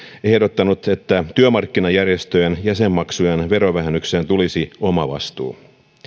ehdottanut että työmarkkinajärjestöjen jäsenmaksujen verovähennykseen tulisi omavastuu